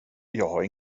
har